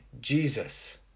Jesus